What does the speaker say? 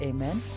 Amen